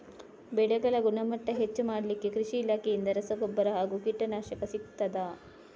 ಬೆಳೆಗಳ ಗುಣಮಟ್ಟ ಹೆಚ್ಚು ಮಾಡಲಿಕ್ಕೆ ಕೃಷಿ ಇಲಾಖೆಯಿಂದ ರಸಗೊಬ್ಬರ ಹಾಗೂ ಕೀಟನಾಶಕ ಸಿಗುತ್ತದಾ?